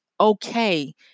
okay